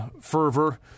fervor